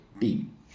team